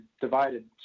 divided